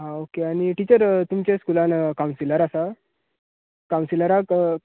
आ okay आनी teacher तुमच्या स्कुलान कावन्सिलर आसा कावन्सिलराक